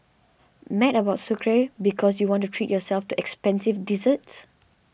mad about Sucre because you want to treat yourself to expensive desserts